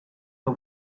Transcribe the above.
the